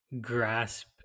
grasp